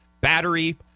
battery